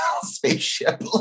spaceship